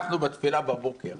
אנחנו, בתפילה בבוקר